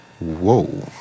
Whoa